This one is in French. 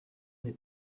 des